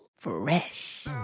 Fresh